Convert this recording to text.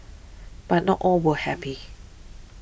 but not all were happy